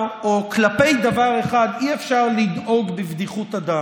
כלפי דבר אחד אי-אפשר לנהוג בבדיחות הדעת,